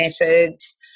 methods